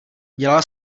dělal